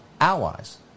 allies